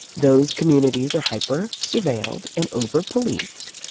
those communities are hyper-surveilled and over-policed.